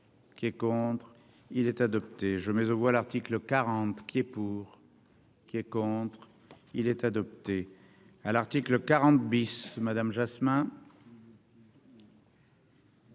Qui est contre, il est adopté, je mets aux voix, l'article 40 qui est pour, qui est contre, il est adopté. à l'article 40 bis Madame Jasmin.